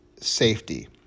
safety